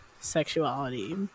sexuality